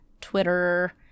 twitter